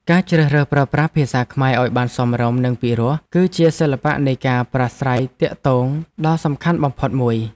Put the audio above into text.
ការជ្រើសរើសប្រើប្រាស់ភាសាខ្មែរឱ្យបានសមរម្យនិងពិរោះគឺជាសិល្បៈនៃការប្រាស្រ័យទាក់ទងដ៏សំខាន់បំផុតមួយ។